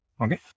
okay